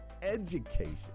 education